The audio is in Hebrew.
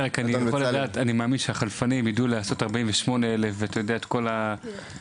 רק אני מאמין שהחלפנים ידעו לעשות 48,000 וידעו את כל הטריקים.